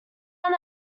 run